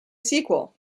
sequel